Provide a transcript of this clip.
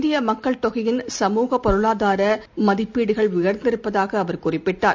இந்திய மக்கள் தொகையின் சமுக பொருளாதார மதிப்பீடுகள் உயர்ந்திருப்பதாக அவர் குறிப்பிட்டார்